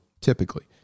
Typically